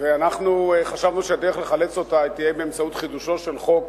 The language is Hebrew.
ואנחנו חשבנו שהדרך לחלץ אותה תהיה באמצעות חידושו של חוק,